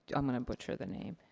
yeah i'm gonna butcher the name.